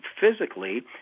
physically